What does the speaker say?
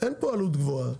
אין פה עלות גבוהה.